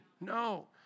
No